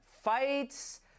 Fights